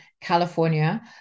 California